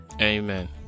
Amen